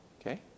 Okay